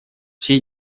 все